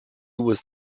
was